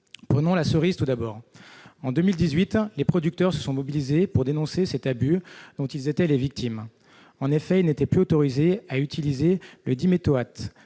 de la cerise. En 2018, les producteurs se sont mobilisés pour dénoncer cet abus dont ils étaient les victimes. En effet, ils n'étaient plus autorisés à utiliser le diméthoate